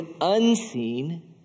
unseen